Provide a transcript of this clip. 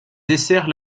dessert